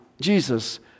Jesus